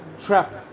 trap